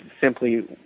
simply